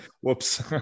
whoops